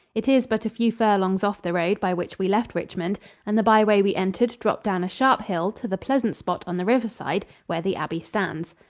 it is but a few furlongs off the road by which we left richmond and the byway we entered dropped down a sharp hill to the pleasant spot on the riverside, where the abbey stands.